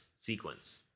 sequence